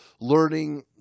learning